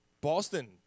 Boston